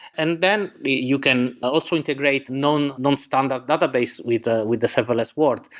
and then you can also integrate non non standard database with the with the serverless ward.